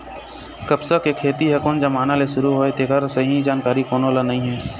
कपसा के खेती ह कोन जमाना ले सुरू होए हे तेखर सही जानकारी कोनो ल नइ हे